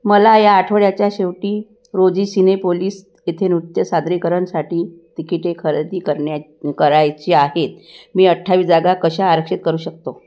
मला या आठवड्याच्या शेवटी रोजी सिनेपोलीस येथे नृत्य सादरीकरणसाठी तिकिटे खरेदी करण्या करायची आहेत मी अठ्ठावीस जागा कशा आरक्षित करू शकतो